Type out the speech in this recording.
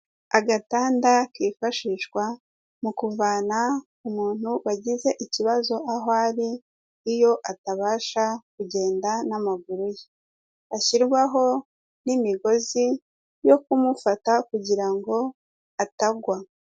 Agatanda kifashishwa mu kuvana umuntu wagize ikibazo aho ari, iyo atabasha kugenda n'amaguru ye, gashyirwaho n'imigozi yo kumufata kugira ngo atagwa.